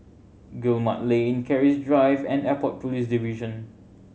Guillemard Lane Keris Drive and Airport Police Division